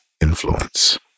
influence